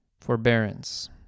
forbearance